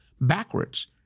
backwards